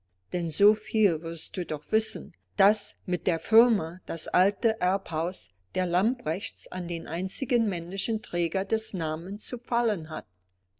denn so viel wirst du doch wissen daß mit der firma das alte erbhaus der lamprechts an den einzigen männlichen träger des namens zu fallen hat